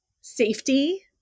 safety